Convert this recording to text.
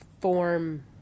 form